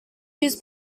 used